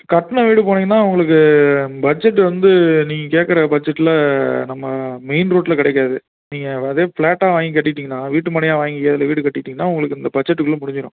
கட்டின வீடு போனீங்கன்னால் உங்களுக்கு பட்ஜெட் வந்து நீங்கள் கேட்கற பட்ஜெட்டில் நம்ம மெயின் ரோட்டில் கிடைக்காது நீங்கள் அதாவது ஃப்ளாட்டாக வாங்கி கட்டிக்கிட்டீங்கன்னால் வீட்டு மனையாக வாங்கி அதில் வீடு கட்டிகிட்டிங்கன்னால் உங்களுக்கு இந்த பட்ஜெட்டுக்குள்ளே முடிஞ்சுடும்